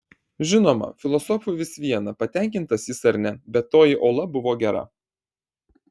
žinoma filosofui vis viena patenkintas jis ar ne bet toji ola buvo gera